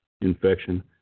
infection